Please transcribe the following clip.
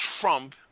Trump